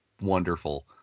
wonderful